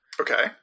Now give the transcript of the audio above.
Okay